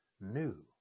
new